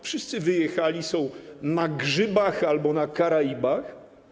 Wszyscy wyjechali, są na grzybach albo na Karaibach.